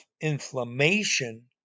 inflammation